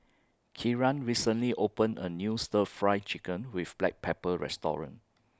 Kieran recently opened A New Stir Fry Chicken with Black Pepper Restaurant